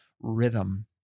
rhythm